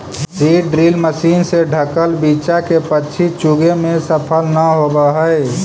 seed drill machine से ढँकल बीचा के पक्षी चुगे में सफल न होवऽ हई